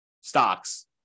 stocks